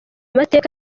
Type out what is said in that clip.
mateka